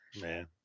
Man